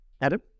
Adam